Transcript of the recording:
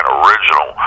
original